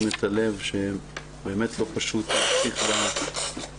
את הלב שבאמת לא פשוט להמשיך בדיון,